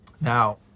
Now